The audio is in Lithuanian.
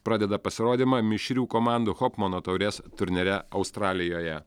pradeda pasirodymą mišrių komandų hopmano taurės turnyre australijoje